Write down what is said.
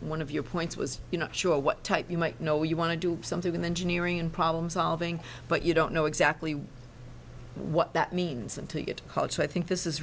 one of your points was you know what type you might know where you want to do something with engineering and problem solving but you don't know exactly what that means until you get called so i think this is